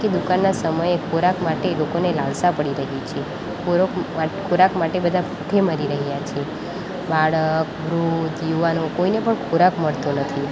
કે દુકાનના સમયે ખોરાક માટે લોકોને લાલસા પડી રહી છે ખોરોક ખોરાક માટે બધા ભૂખે મરી રહ્યા છે બાળક વૃદ્ધ યુવાનો કોઈને પણ ખોરાક મળતો નથી